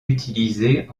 utilisé